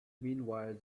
meanwhile